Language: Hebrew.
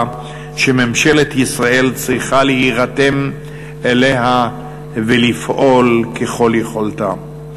שממשלת ישראל צריכה להירתם אליה ולפעול ככל יכולתה.